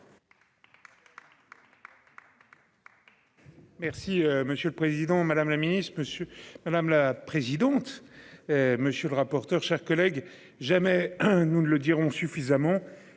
Merci, monsieur le Président Madame la Ministre Monsieur madame la présidente. Monsieur le rapporteur. Chers collègues jamais hein. Nous ne le dirons suffisamment